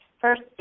first